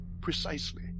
Precisely